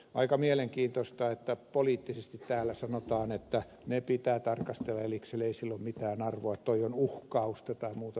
aika mielenkiintoista on että poliittisesti täällä sanotaan että ne pitää tarkastella erikseen ei sillä ole mitään arvoa tuo on uhkausta tai muuta vastaavaa